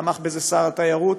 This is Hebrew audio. תמך בזה שר התיירות,